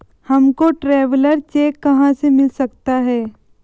हमको traveller cheque कहाँ से मिल सकता है?